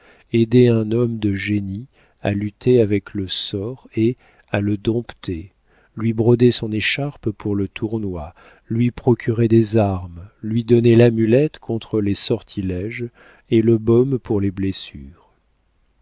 aider un homme de génie à lutter avec le sort et à le dompter lui broder son écharpe pour le tournoi lui procurer des armes lui donner l'amulette contre les sortiléges et le baume pour les blessures